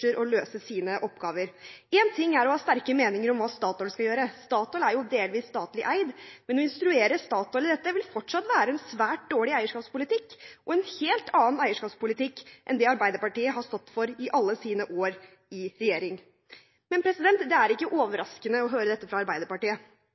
og løse sine oppgaver. Én ting er å ha sterke meninger om hva Statoil skal gjøre. Statoil er jo delvis statlig eid, men å instruere Statoil i dette vil fortsatt være en svært dårlig eierskapspolitikk og en helt annen eierskapspolitikk enn det Arbeiderpartiet har stått for i alle sine år i regjering. Men det er ikke